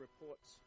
reports